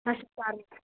अस्तु